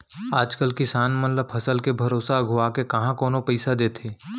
आज कल किसान मन ल फसल के भरोसा अघुवाके काँहा कोनो पइसा देथे